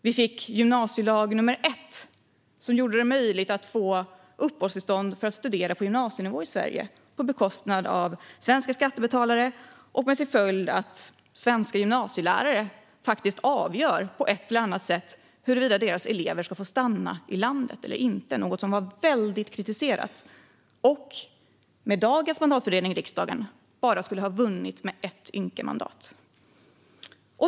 Vi fick gymnasielag nummer ett som gjorde det möjligt att få uppehållstillstånd i Sverige för att studera på gymnasienivå på bekostnad av svenska skattebetalare med följden att svenska gymnasielärare på ett eller annat sätt faktiskt avgör huruvida deras elever ska få stanna i landet eller inte. Detta kritiserades mycket. Med dagens mandatfördelning i riksdagen hade detta förslag bara vunnit med ett ynka mandat.